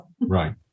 Right